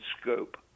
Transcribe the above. scope